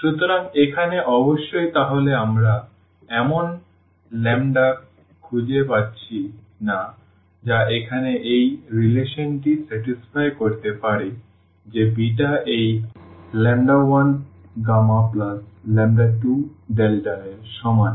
সুতরাং এখানে অবশ্যই তাহলে আমরা এমন s খুঁজে পাচ্ছি না যা এখানে এই সম্পর্কটি সন্তুষ্ট করতে পারে যে বিটা এই 1γ2 এর সমান